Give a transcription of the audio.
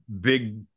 big